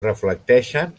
reflecteixen